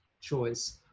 choice